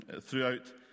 throughout